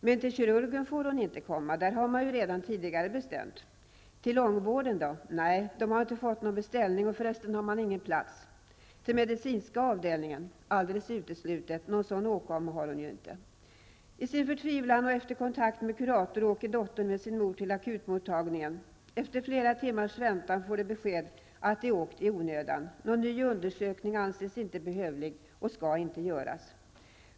Men till kirurgen får hon inte komma, det har man ju redan tidigare bestämt. Till långvården då? Nej, de har inte fått någon beställning, och förresten har man ingen plats. Till medicinska avdelningen? Alldeles uteslutet, någon sådan åkomma har hon ju inte. I sin förtvivlan och efter kontakt med kurator, åker dottern med sin mor till akutmottagningen. Efter flera timmars väntan får de beskedet att de åkt i onödan, någon ny undersökning anses inte behövlig och skall inte göras.